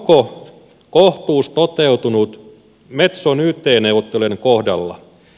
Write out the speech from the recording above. onko kohtuus toteutunut metson yt neuvottelujen kohdalla